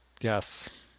Yes